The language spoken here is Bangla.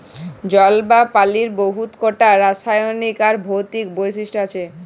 জল বা পালির বহুত কটা রাসায়লিক আর ভৌতিক বৈশিষ্ট আছে